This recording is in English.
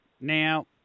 Now